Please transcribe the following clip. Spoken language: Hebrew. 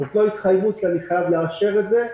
זו לא התחייבות כי אני חייב לאשר את זה,